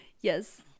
yes